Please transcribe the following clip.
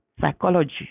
psychology